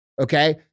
okay